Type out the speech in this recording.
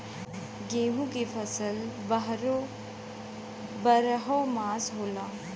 गेहूं की फसल बरहो मास होला